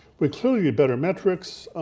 particularly better metrics,